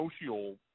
social